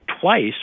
twice